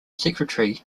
secretary